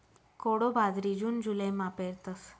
कोडो बाजरी जून जुलैमा पेरतस